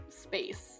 space